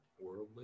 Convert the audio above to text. Worldly